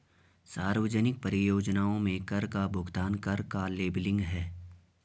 सार्वजनिक परियोजनाओं में कर का भुगतान कर का लेबलिंग है